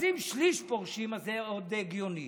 אז אם שליש פורשים זה עוד הגיוני.